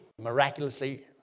miraculously